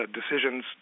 decisions